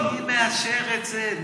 לא, מי מאשר את זה?